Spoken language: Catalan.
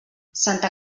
santa